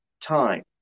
time